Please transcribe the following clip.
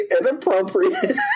inappropriate